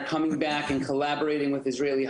אנו לא רק בעלי רצון ושגרירים של מדינת ישראל,